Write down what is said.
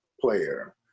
player